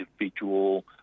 individual